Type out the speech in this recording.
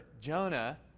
Jonah